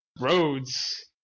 Roads